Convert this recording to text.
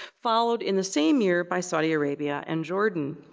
followed in the same year by saudi arabia and jordan.